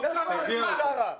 לך לעזמי בשארה.